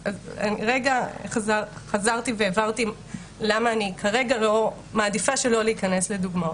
אז רגע חזרתי והבהרתי למה אני כרגע מעדיפה שלא להיכנס לדוגמאות.